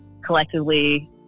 collectively